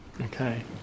okay